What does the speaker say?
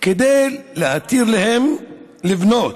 כדי להתיר להם לבנות,